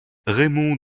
raymond